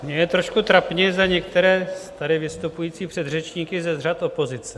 Mně je trošku trapně za některé tady vystupující předřečníky z řad opozice.